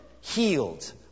healed